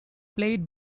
played